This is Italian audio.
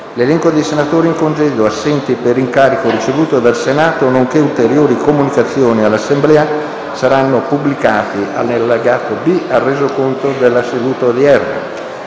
L'elenco dei senatori in congedo e assenti per incarico ricevuto dal Senato, nonché ulteriori comunicazioni all'Assemblea saranno pubblicati nell'allegato B al Resoconto della seduta odierna.